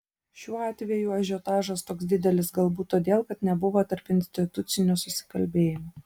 šiuo atveju ažiotažas toks didelis galbūt todėl kad nebuvo tarpinstitucinio susikalbėjimo